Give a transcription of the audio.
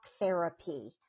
therapy